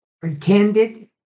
pretended